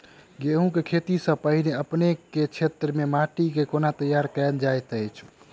गेंहूँ केँ खेती सँ पहिने अपनेक केँ क्षेत्र मे माटि केँ कोना तैयार काल जाइत अछि?